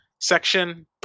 section